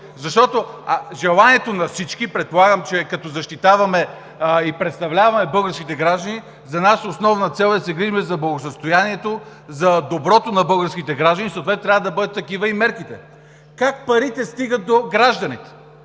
Защото желанието на всички – предполагам, че като защитаваме и представляваме българските граждани, за нас основна цел е да се грижим за благосъстоянието, за доброто на българските граждани – съответно трябва да бъдат такива и мерките! Как парите стигат до гражданите?